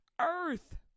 earth